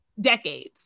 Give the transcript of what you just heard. decades